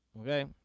okay